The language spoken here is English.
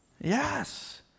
Yes